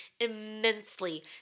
immensely